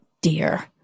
dear